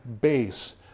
base